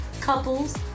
couples